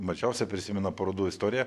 mažiausia prisimena parodų istoriją